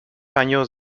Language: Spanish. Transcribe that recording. años